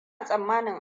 tsammanin